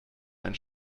ein